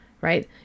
right